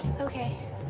Okay